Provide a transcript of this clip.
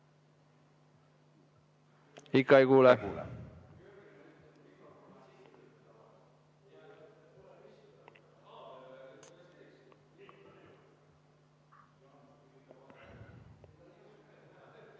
Ikka ei kuule.